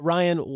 Ryan